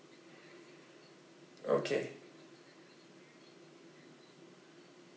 okay